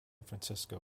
francisco